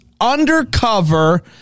Undercover